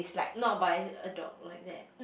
not buy a dog like that